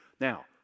Now